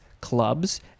clubs